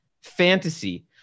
fantasy